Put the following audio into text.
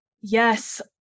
Yes